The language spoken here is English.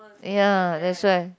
ya that's why